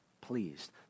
pleased